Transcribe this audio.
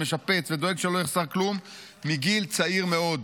משפץ ודואג שלא יחסר כלום מגיל צעיר מאוד.